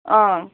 ꯑꯪ